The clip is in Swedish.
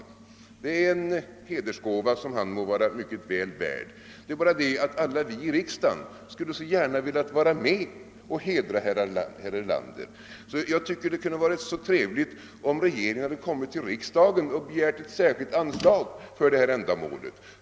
Det är en hedersgåva som han må vara mycket väl värd. Det är bara det att alla vii riksdagen så gärna skulle velat vara med om att hedra herr Erlander. Jag tycker att det kunde ha varit trevligt om regeringen hade kommit till riksdagen och begärt ett särskilt anslag för detta ändamål.